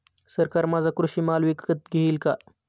सरकार माझा कृषी माल विकत घेईल का?